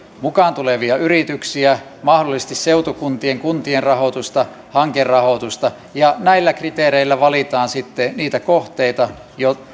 mukaan tulevia yrityksiä mahdollisesti seutukuntien kuntien rahoitusta hankerahoitusta näillä kriteereillä valitaan sitten niitä kohteita